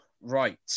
right